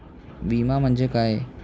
विमा म्हणजे काय?